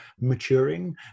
maturing